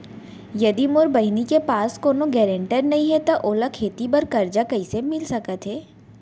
यदि मोर बहिनी के पास कोनो गरेंटेटर नई हे त ओला खेती बर कर्जा कईसे मिल सकत हे?